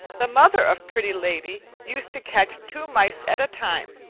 the mother of pretty lady used to catch two mice at a time,